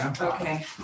Okay